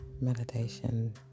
meditation